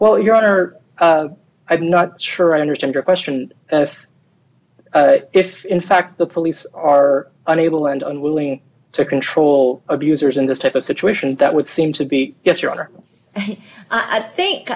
well your honor i'm not sure i understand your question if in fact the police are unable and unwilling to control abusers in this type of situation that would seem to be yes your honor i think